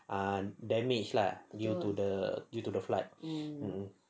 ah damaged lah due to the due to the flood